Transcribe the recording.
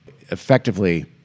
Effectively